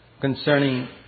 concerning